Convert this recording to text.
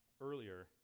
earlier